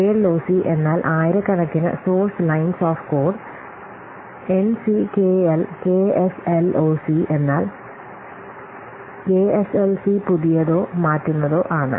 KSLOC എന്നാൽ ആയിരക്കണക്കിന് source lines of code എൻസികെഎൽകെഎസ്എൽസി എന്നാൽ കെഎസ്എൽഓസി പുതിയതോ മാറ്റുന്നതോ ആണ്